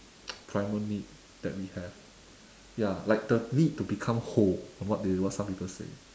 primal need that we have ya like the need to become whole or what they want some people say